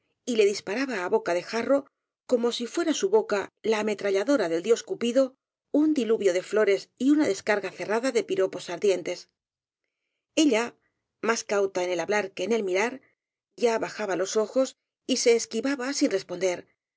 y le disparaba á boca de jarro como si fuera su boca a ametralladora del dios cupido un diluvio de flores y una descarga cerrada de pi ropos ardientes ella más cauta en el hablar que en el mirar ya bajaba los ojos y se esquivaba sin responder